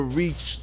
reach